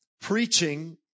preaching